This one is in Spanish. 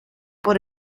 por